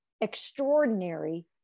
extraordinary